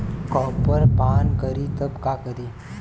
Copper पान करी तब का करी?